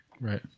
Right